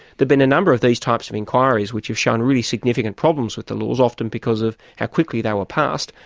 there'd been a number of these types of inquiries which have shown really significant problems with the laws, often because of how quickly they were passed,